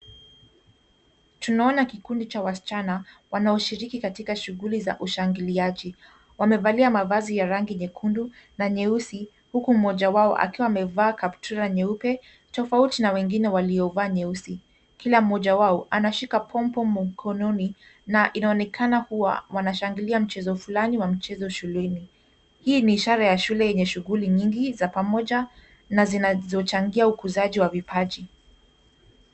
Tunaona kikundi cha wasichana wanaoshiriki katika shughuli za ushangiliaji. Wamevalia mavazi ya rangi nyekundu na nyeusi huku mmoja wao akiwa amevaa kaptura nyeupe tofauti na wengine waliovaa nyeusi. Kila mmoja wao anashika pompom mkononi na inaonekana kuwa wanashangilia mchezo fulani wa mchezo shuleni. Hii ni ishara ya shule yenye shughuli nyingi za pamoja na zinazochangia ukuzaji wa vipaji.